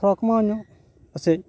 ᱛᱷᱚᱲᱟ ᱠᱚᱢᱟᱣ ᱱᱚᱜ